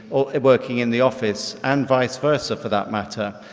or working in the office and vice-versa for that matter.